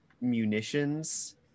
munitions